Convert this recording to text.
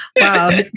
Wow